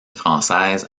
française